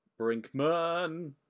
Brinkman